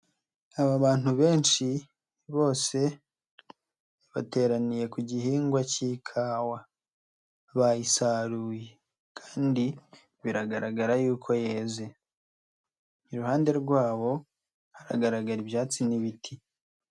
Aba abantu benshi bose bateraniye ku gihingwa k'ikawa, bayisaruye kandi biragaragara y'uko yeze, iruhande rwabo haragaragara ibyatsi n'ibiti.